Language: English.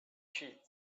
cheap